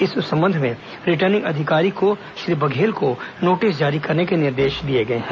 इस संबंध में रिटर्निंग अधिकारी को श्री बघेल को नोटिस जारी करने के निर्देश दिए गए हैं